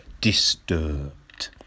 disturbed